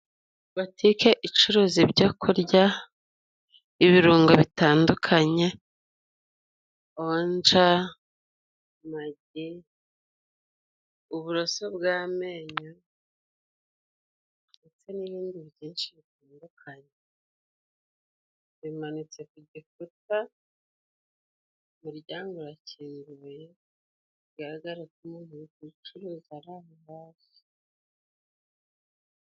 Butike icuruza ibyo kurya, ibirungo bitandukanye, onja, magi, uburoso bw’amenyo, ndetse n’ibindi byinshi bitandukanye bimanitse ku gikuta. Umuryango urakinguye, bigaragara ko umuntu uri kubicuruza araho hafi.